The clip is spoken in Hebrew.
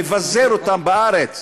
לבזר אותם בארץ.